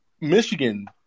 Michigan